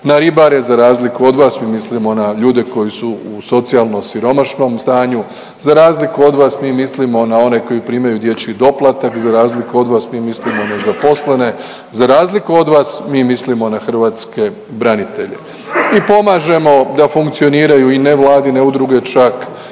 na ribare, za razliku od vas mi mislimo na ljude koji su u socijalno siromašnom stanju, za razliku od vas mi mislimo na one koji primaju dječji doplatak, za razliku od vas mi mislimo na nezaposlene, za razliku od vas mi mislimo na hrvatske branitelje i pomažemo da funkcioniraju i nevladine udruge, čak